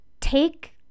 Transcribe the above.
take